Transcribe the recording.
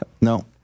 No